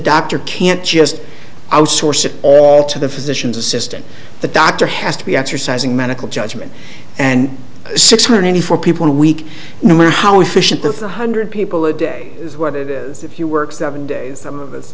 doctor can't just outsource it all to the physician's assistant the doctor has to be exercising medical judgment and six hundred eighty four people in week no matter how efficient the one hundred people a day is what it is if you work seven days